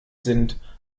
sind